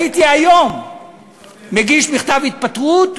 הייתי היום מגיש מכתב התפטרות,